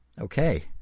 Okay